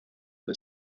but